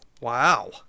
Wow